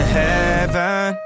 heaven